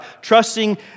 trusting